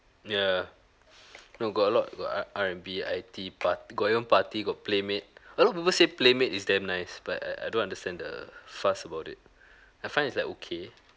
ya no got a lot got R R and B itea part got one partea got playmade a lot of people say playmade is damn nice but I I don't understand the fuss about it I find is like okay